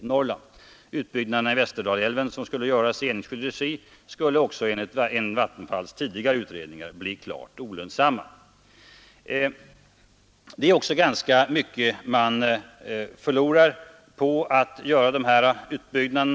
Utbyggna 15 december 1972 den av Västerdalälven, som skulle göras i enskild regi, skulle också enligt SNARARE ANANEv Ri Vattenfalls tidigare utredningar bli klart olönsamma. Regional utveck Man förlorar också ganska mycket på att göra dessa utbyggnader.